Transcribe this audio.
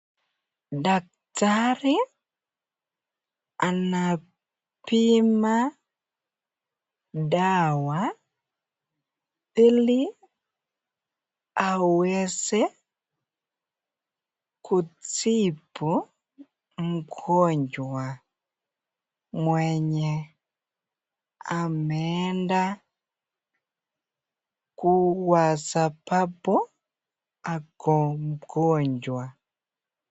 Daktari anapima dawa ili aweze kutibu mgonjwa mwenye ameenda ku sababu ako mgonjwa.